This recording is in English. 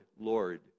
Lord